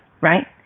right